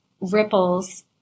ripples